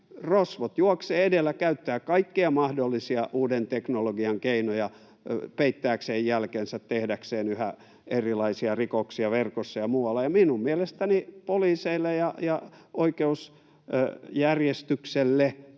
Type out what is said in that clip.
rosvot juoksevat edellä ja käyttävät kaikkia mahdollisia uuden teknologian keinoja peittääkseen jälkensä ja tehdäkseen yhä erilaisia rikoksia verkossa ja muualla, ja minun mielestäni poliiseille ja oikeusjärjestykselle